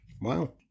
Wow